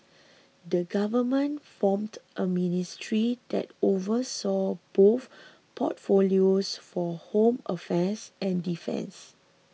the government formed a ministry that oversaw both portfolios for home affairs and defence